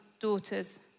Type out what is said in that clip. daughters